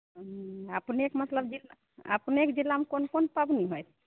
अपनेक मतलब जिल्ल अपनेक जिल्लामे कोन कोन पाबनि होइ छै